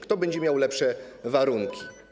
Kto będzie miał lepsze warunki?